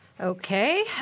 Okay